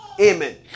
Amen